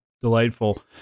delightful